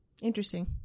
Interesting